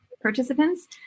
participants